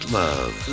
love